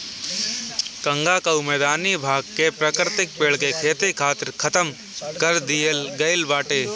गंगा कअ मैदानी भाग के प्राकृतिक पेड़ के खेती खातिर खतम कर दिहल गईल बाटे